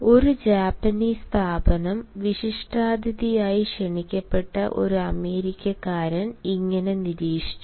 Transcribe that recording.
ഒരു ജാപ്പനീസ് സ്ഥാപനം വിശിഷ്ടാതിഥിയായി ക്ഷണിക്കപ്പെട്ട ഒരു അമേരിക്കക്കാരൻ ഇങ്ങനെ നിരീക്ഷിച്ചു